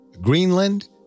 Greenland